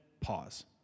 pause